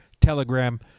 Telegram